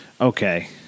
okay